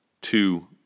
two